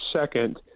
second